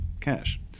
cash